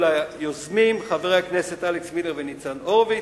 ליוזמים חברי הכנסת אלכס מילר וניצן הורוביץ,